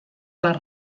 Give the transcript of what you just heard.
les